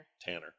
Tanner